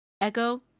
Echo